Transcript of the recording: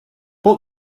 but